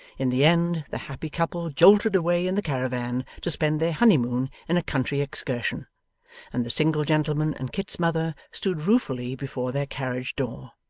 in the end, the happy couple jolted away in the caravan to spend their honeymoon in a country excursion and the single gentleman and kit's mother stood ruefully before their carriage-door.